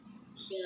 ya